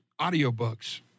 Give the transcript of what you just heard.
audiobooks